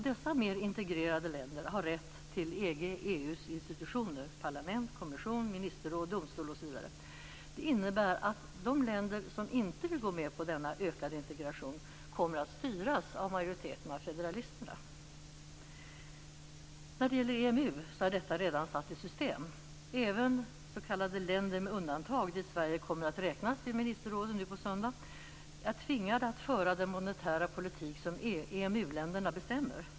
Dessa mer integrerade länder har rätt till EG:s/EU:s institutioner Det innebär att de länder som inte vill gå med på denna ökade integration kommer att styras av majoriteten av federalisterna. När det gäller EMU är detta redan satt i system. Även s.k. länder med undantag, dit Sverige kommer att räknas vid ministerrådet nu på söndag, är tvingade att föra den monetära politik som EMU-länderna bestämmer.